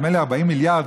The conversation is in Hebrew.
נדמה לי ב-40 מיליארד,